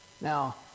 Now